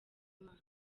imana